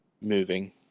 moving